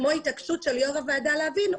כמו התעקשות של יושב ראש הוועדה להבין,